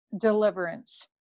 deliverance